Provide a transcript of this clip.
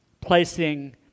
placing